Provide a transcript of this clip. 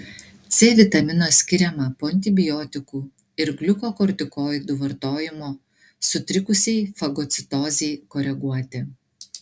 c vitamino skiriama po antibiotikų ir gliukokortikoidų vartojimo sutrikusiai fagocitozei koreguoti